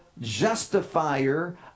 justifier